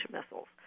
missiles